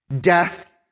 death